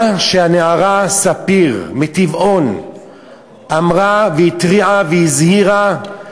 מה שהנערה ספיר מטבעון אמרה והתריעה והזהירה,